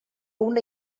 una